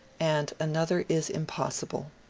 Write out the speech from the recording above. and another is impossible.